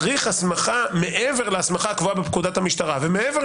צריך הסמכה מעבר להסמכה הקבועה בפקודת המשטרה ומעבר